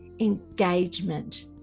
engagement